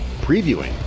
previewing